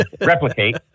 replicate